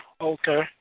Okay